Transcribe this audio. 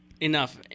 enough